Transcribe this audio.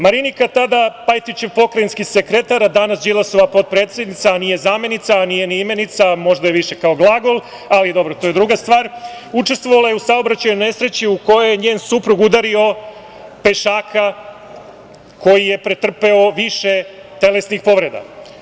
Marinika tada Pajtićev pokrajinski sekretar, a danas Đilasova potpredsednica, a nije zamenica, a nije ni imenica, možda je više kao glagol, ali dobro to je druga stvar, učestvovala je u saobraćajnoj nesreći u kojoj je njen suprug udario pešaka koji je pretrpeo više telesnih povreda.